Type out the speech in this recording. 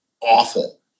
awful